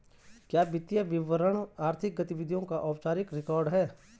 क्या वित्तीय विवरण आर्थिक गतिविधियों का औपचारिक रिकॉर्ड है?